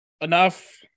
Enough